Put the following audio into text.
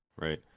right